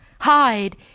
hide